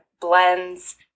blends